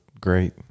great